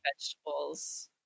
vegetables